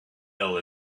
ill